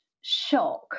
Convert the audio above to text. shock